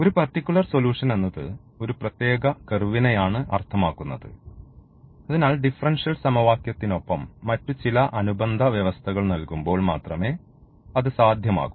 ഒരു particular solution എന്നത് ഒരു പ്രത്യേക കർവിനെയാണ് അർത്ഥമാക്കുന്നത് അതിനാൽ ഡിഫറൻഷ്യൽ സമവാക്യത്തിനൊപ്പം മറ്റ് ചില അനുബന്ധ വ്യവസ്ഥകൾ നൽകുമ്പോൾ മാത്രമേ അത് സാധ്യമാകൂ